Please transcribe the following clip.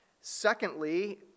Secondly